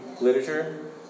literature